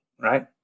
right